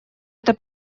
это